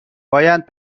باید